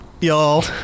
y'all